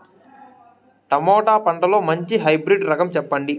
Tomato పంటలో మంచి hybrid రకం చెప్పండి?